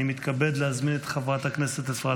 אני מתכבד להזמין את חברת הכנסת אפרת